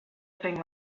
thing